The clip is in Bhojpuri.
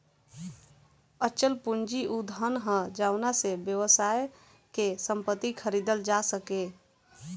अचल पूंजी उ धन ह जावना से व्यवसाय के संपत्ति खरीदल जा सके